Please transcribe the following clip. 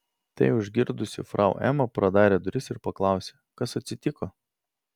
tai užgirdusi frau ema pradarė duris ir paklausė kas atsitiko